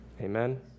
Amen